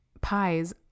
pies